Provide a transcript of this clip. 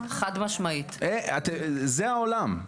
זה העולם.